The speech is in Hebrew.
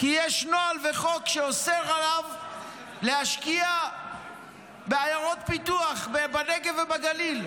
כי יש נוהל בחוק שאוסר עליו להשקיע בעיירות פיתוח בנגב ובגליל.